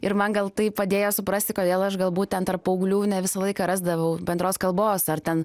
ir man gal tai padėjo suprasti kodėl aš galbūt ten tarp paauglių ne visą laiką rasdavau bendros kalbos ar ten